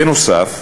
בנוסף,